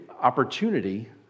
opportunity